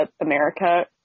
America